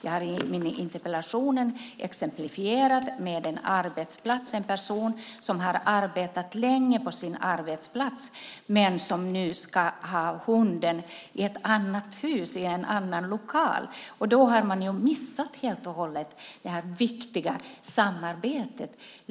I interpellationen exemplifierade jag detta med en arbetsplats och en person som har arbetat länge där, men som nu ska ha hunden i ett annat hus och en annan lokal. Då har man ju helt och hållet missat det viktiga samarbetet.